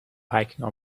hiking